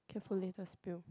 careful later spill